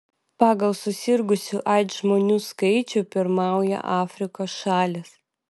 pagal susirgusių aids žmonių skaičių pirmauja afrikos šalys